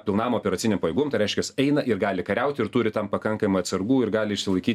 pilnam operaciniam pajėgumui tai reiškias eina ir gali kariaut ir turi tam pakankamai atsargų ir gali išsilaikyti